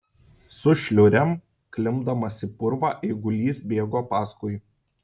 su šliurėm klimpdamas į purvą eigulys bėgo paskui